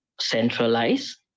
centralized